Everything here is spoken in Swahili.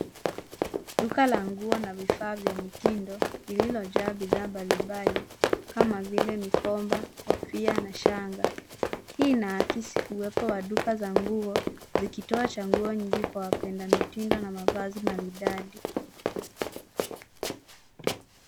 Duka la nguo na vifaa vya mitindo lililojaa bidhaa mbalimbali kama vile mikoba ,kofia na shanga, hii inaakisi uwepo wa duka za nguo zikitoa cha nguo nyingi kwa wapenda mitindo na mavazi maridadi.